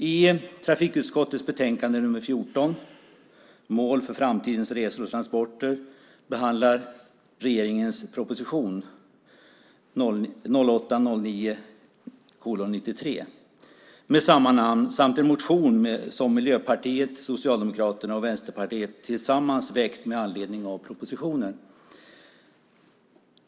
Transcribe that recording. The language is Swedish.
I trafikutskottets betänkande TU14, Mål för framtidens resor och transporter , behandlas regeringens proposition 2008/09:93 med samma namn samt en motion som Miljöpartiet, Socialdemokraterna och Vänsterpartiet tillsammans väckt med anledning av propositionen.